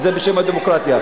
וזה בשם הדמוקרטיה.